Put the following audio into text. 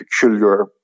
peculiar